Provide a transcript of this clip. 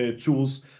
tools